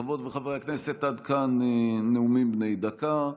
חברות וחברי הכנסת, עד כאן נאומים בני דקה.